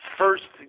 first